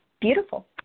beautiful